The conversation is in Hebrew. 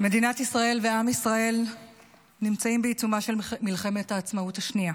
מדינת ישראל ועם ישראל נמצאים בעיצומה של מלחמת העצמאות השנייה.